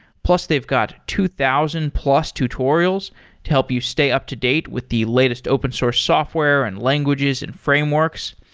plus they've got two thousand plus tutorials to help you stay up-to-date with the latest open source software and languages and frameworks.